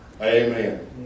Amen